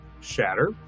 Shatter